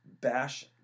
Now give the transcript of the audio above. bash